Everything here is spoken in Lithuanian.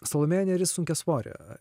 salomėja nėris sunkiasvorė